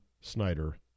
Snyder